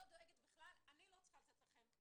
וראיתי כמה קשה לכם,